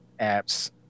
apps